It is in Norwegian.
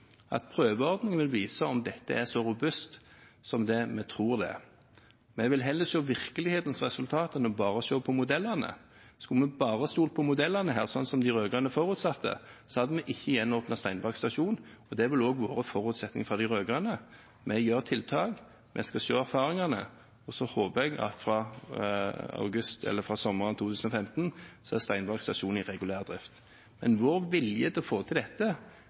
at prøveordningen vil vise om dette er så robust som det vi tror det er. Vi vil heller se virkelighetens resultat enn bare å se på modellene. Skulle vi bare stolt på modellene her, sånn som de rød-grønne forutsatte, hadde vi ikke gjenåpnet Steinberg stasjon. Det ville også vært forutsetningen fra de rød-grønne. Vi gjør tiltak, vi skal se erfaringene, og så håper jeg at fra sommeren 2015 er Steinberg stasjon i regulær drift. Men vår vilje til å få til dette